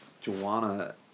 Joanna